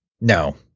no